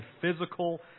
physical